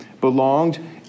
belonged